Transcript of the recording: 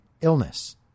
illness